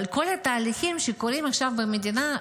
אבל כל התהליכים שקורים עכשיו במדינה,